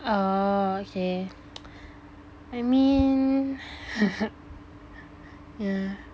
ah okay I mean yeah